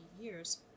years